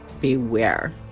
beware